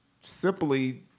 simply